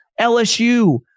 LSU